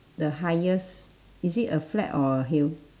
the highest is it a flat or a heel